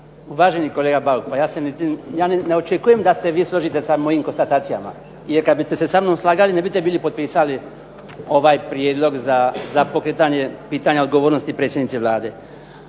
Uvaženi kolega Bauk, ja ne očekujem da se vi složite sa mojim konstatacijama, jer kad biste se samnom slagali ne biste bili potpisali ovaj prijedlog za pokretanje pitanja odgovornosti predsjednici Vlade.